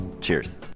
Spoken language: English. Cheers